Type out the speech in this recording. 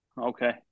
Okay